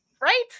Right